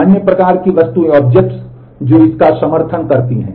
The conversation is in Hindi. अन्य प्रकार की वस्तुएँ objects जो इसका समर्थन करती हैं